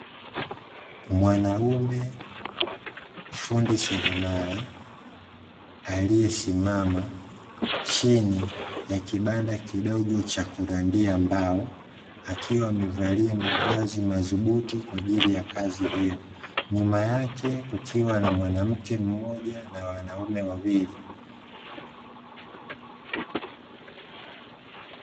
Mwanaume fundi seremala aliyesimama chini ya kibanda kidogo cha kurandia mbao akiwa amevalia mavazi madhubuti kwajili ya kazi hiyo, nyuma yake kukiwa na mwanamke mmoja na wanaume wawili.